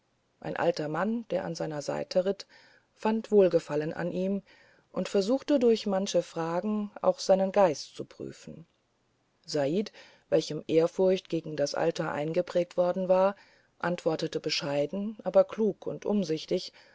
ein alter mann der an seiner seite ritt fand wohlgefallen an ihm und versuchte durch manche fragen auch sei nen geist zu prüfen said welchem ehrfurcht gegen das alter eingeprägt worden war antwortete bescheiden aber klug und umsichtig